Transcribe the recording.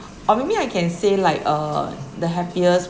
or maybe I can say like uh the happiest